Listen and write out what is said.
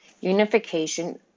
Unification